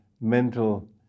mental